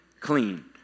clean